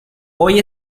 hoy